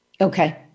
Okay